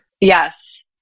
Yes